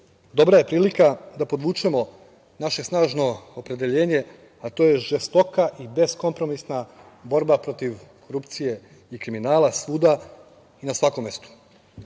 dobra je prilika da podvučemo naše snažno opredeljenje, a to je žestoka i beskompromisna borba protiv korupcije i kriminala svuda i na svakom mestu. Sa